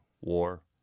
war